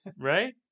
right